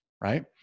right